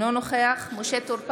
אינו נוכח משה טור פז,